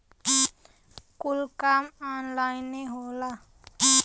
कुल काम ऑन्लाइने होला